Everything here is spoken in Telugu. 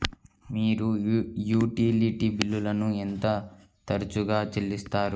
మీరు యుటిలిటీ బిల్లులను ఎంత తరచుగా చెల్లిస్తారు?